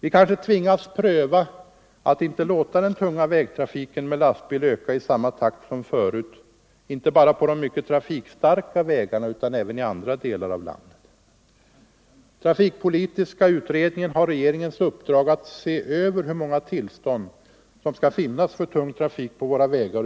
Vi kanske tvingas pröva att inte låta den tunga vägtrafiken med lastbil öka i samma takt som förut, inte bara på de mycket trafikstarka vägarna utan även i andra delar av landet. Trafikpolitiska utredningen har regeringens uppdrag att se över hur många tillstånd som skall finnas för tung trafik på våra vägar.